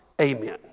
Amen